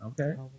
okay